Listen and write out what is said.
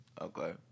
Okay